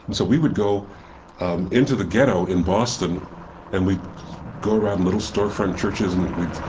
and so we would go um into the ghetto in boston and we'd go around little store-front churches and we'd